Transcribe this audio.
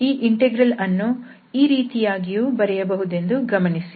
ಈ ಇಂಟೆಗ್ರಲ್ಅನ್ನು ಈ ರೀತಿಯಾಗಿಯೂ ಬರೆಯಬಹುದೆಂದು ಗಮನಿಸಿ